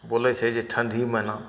बोलै छै जे ठण्डी महिना